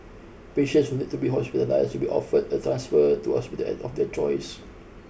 patients who need to be hospitalised will be offered a transfer to hospital at of their choice